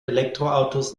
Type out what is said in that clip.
elektroautos